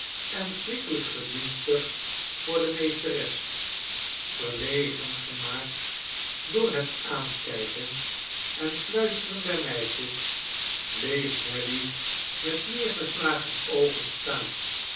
en schrikkelijk gedienstig voor de meesteres verlegen gemaakt door het aankijken en fluisteren der meisjes bleef nelly met neergeslagene oogen staan